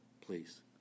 please